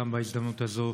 בהזדמנות הזאת.